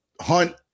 Hunt